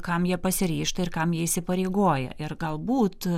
kam jie pasiryžta ir kam jie įsipareigoja ir galbūt